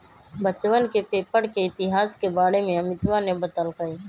बच्चवन के पेपर के इतिहास के बारे में अमितवा ने बतल कई